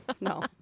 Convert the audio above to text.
no